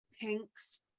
pinks